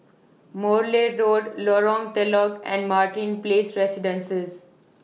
Morley Road Lorong Telok and Martin Place Residences